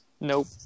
Nope